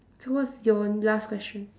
so what's your last question